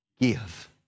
give